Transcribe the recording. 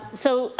so,